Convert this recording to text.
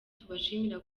tubashimira